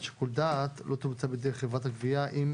שיקול דעת לא תבוצע בידי חברת הגבייה כי אם